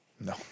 No